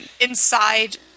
inside